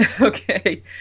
Okay